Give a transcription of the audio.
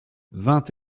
vingt